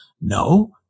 No